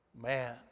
Man